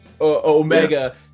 Omega